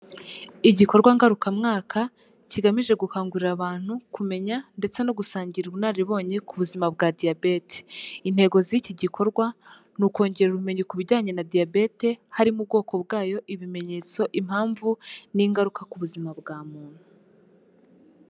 Igikorwa ngarukamwaka kigamije gukangurira abantu kumenya ndetse no gusangira ubunararibonye, ku buzima bwa diyabete, intego z'iki gikorwa ni ukongera ubumenyi ku bijyanye na diabete, harimo ubwoko bwayo ibimenyetso, impamvu n'ingaruka ku buzima bwa muntu.